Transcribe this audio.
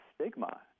stigma